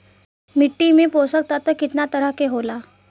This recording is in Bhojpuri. मिट्टी में पोषक तत्व कितना तरह के होला?